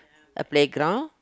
a playground